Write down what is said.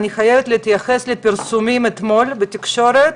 אני חייבת להתייחס לפרסומים שהיו אתמול בתקשורת,